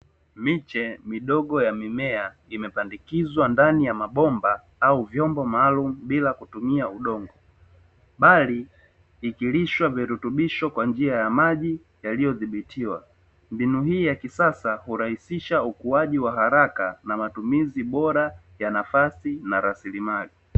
Miche midogo ya mimea imepandikizwa ndani ya mabomba au vyombo maalum bila kutumia udongo, bali ikilishwa virutubisho kwa njia ya maji yaliyodhibitiwa, mbinu hii ya kisasa hurahisisha ukuaji wa haraka na matumizi bora ya nafasi na rasilimali.